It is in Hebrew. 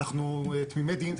אנחנו תמימי דעים,